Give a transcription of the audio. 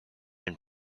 and